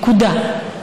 נקודה".